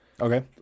Okay